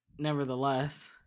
nevertheless